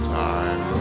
time